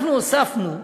אנחנו הוספנו,